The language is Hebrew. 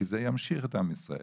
כי זה ימשיך את עם ישראל